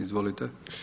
Izvolite.